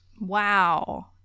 Wow